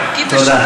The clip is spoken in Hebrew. תודה.